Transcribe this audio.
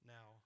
Now